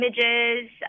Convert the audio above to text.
images